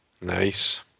Nice